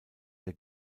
der